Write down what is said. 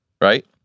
right